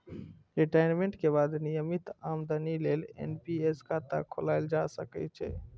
retirement के बाद नियमित आमदनी लेल एन.पी.एस खाता खोलाएल जा सकै छै